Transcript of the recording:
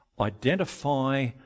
identify